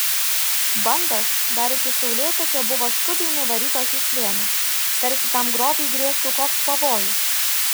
bandos dar iki saulėtekio buvo skubiai nuvarytos į slėnį tarsi tam grobiui grėstų koks pavojus